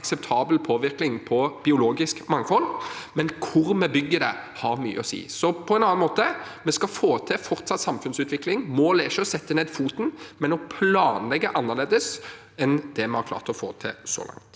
akseptabel påvirkning på biologisk mangfold, men hvor vi bygger det, har mye å si. Sagt på en annen måte: Vi skal få til fortsatt samfunnsutvikling. Målet er ikke å sette ned foten, men å planlegge annerledes enn det vi har klart å få til så langt.